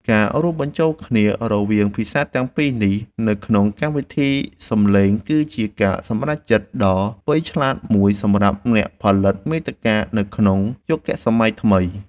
ការរួមបញ្ចូលគ្នារវាងភាសាទាំងពីរនេះនៅក្នុងកម្មវិធីសំឡេងគឺជាការសម្រេចចិត្តដ៏វៃឆ្លាតមួយសម្រាប់អ្នកផលិតមាតិកានៅក្នុងយុគសម័យថ្មី។